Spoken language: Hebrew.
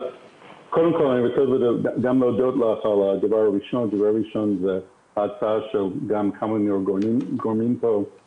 אני רוצה להודות לך על ההצעה שלך לגבי